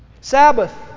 Sabbath